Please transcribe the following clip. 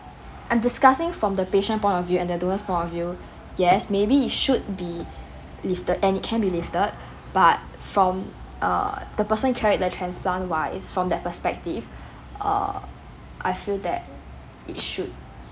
i'm discussing from the patient's point of view and the donor's point of view yes maybe it should be lifted and it can be lifted but from err the person carry the transplant while is from that perspective err I feel that it should